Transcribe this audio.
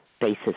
basis